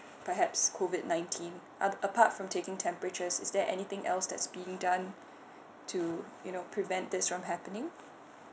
perhaps COVID nineteen uh apart from taking temperatures is there anything else that's being done to you know prevent this from happening